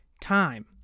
time